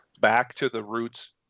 back-to-the-roots